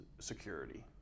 security